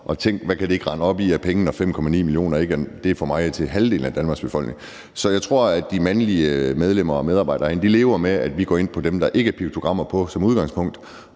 Og tænk, hvad kan det ikke rende op i af penge, når 5,9 mio. kr. er for meget til halvdelen af Danmarks befolkning? Så jeg tror, at de mandlige medlemmer og medarbejdere herinde lever med, at vi som udgangspunkt går ind på de toiletter, der ikke er piktogrammer på, og så